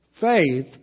Faith